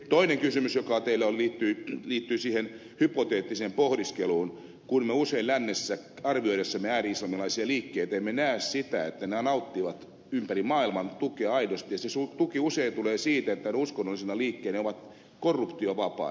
toinen kysymys joka teillä oli liittyi siihen hypoteettiseen pohdiskeluun kun me usein lännessä arvioidessamme ääri islamilaisia liikkeitä emme näe sitä että nämä nauttivat ympäri maailman tukea aidosti ja se tuki usein tulee siitä että uskonnollisena liikkeenä ne ovat korruptiovapaita